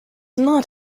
not